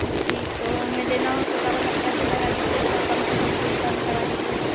जी तो हमें लेना हो तो चावल आप कैसे लगा लीजिए थोड़ा कम से कम सस्ता में लगा दीजिएगा